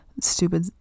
stupid